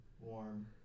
Warm